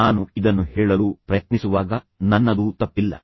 ನಾನು ಇದನ್ನು ಹೇಳಲು ಪ್ರಯತ್ನಿಸುವಾಗ ನನ್ನದೂ ತಪ್ಪಿಲ್ಲ